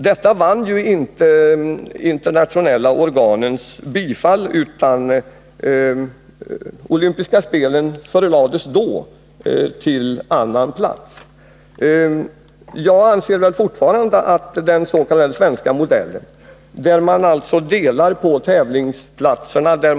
Detta förslag vann inte de internationella organens bifall, utan de olympiska spelen förlades till annan plats. Jag anser fortfarande att det är mycket möjligt att enligt den s.k. svenska modellen arrangera internationella tävlingar och olympiska spel.